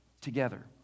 together